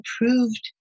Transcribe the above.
approved